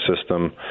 system